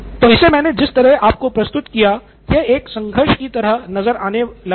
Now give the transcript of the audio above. तो इसे मैंने जिस तरह प्रस्तुत किया है कि यह एक संघर्ष की तरह नज़र आने लगा है